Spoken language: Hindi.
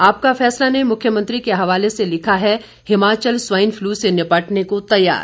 आपका फैसला ने मुख्यमंत्री के हवाले से लिखा है हिमाचल स्वाइन फलू से निपटने को तैयार